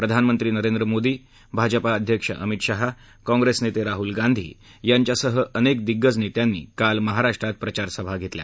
प्रधानमंत्री नरेंद्र मोदी भाजपा अध्यक्ष अमित शहा काँग्रेस नेते राहूल गांधी यांच्यासह अनेक दिग्गज नेत्यांनी काल महाराष्ट्रात प्रचारसभा घेतल्या